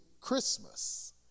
Christmas